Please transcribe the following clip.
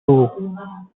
two